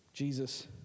Jesus